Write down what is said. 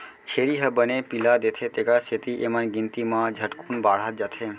छेरी ह बने पिला देथे तेकर सेती एमन गिनती म झटकुन बाढ़त जाथें